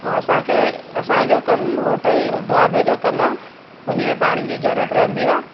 ऐं असांखे असांजो कमु होटल ढाबे जो कमु आहे उन्हीअ पाणीअ जी ज़रूरत रहंदी आहे